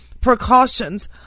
precautions